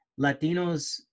Latinos